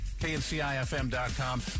kncifm.com